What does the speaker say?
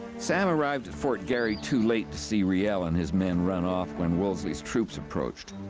sam arrived at fort garry too late to see riel and his men run off when wolesley's troops approached.